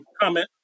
comment